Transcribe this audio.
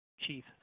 Chief